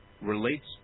relates